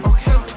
Okay